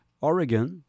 Oregon